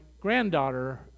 granddaughter